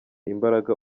imbaraga